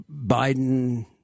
Biden